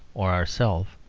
or ourself.